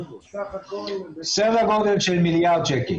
-- כמיליארד שקל.